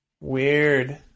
Weird